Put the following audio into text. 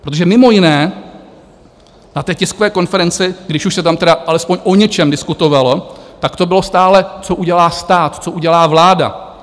Protože mimo jiné na té tiskové konferenci, když už se tam tedy alespoň o něčem diskutovalo, to bylo stále, co udělá stát, co udělá vláda.